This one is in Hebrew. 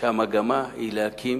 שהמגמה היא להקים